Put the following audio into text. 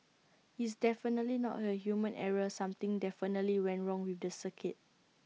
it's definitely not A human error something definitely went wrong with the circuit